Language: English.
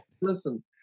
Listen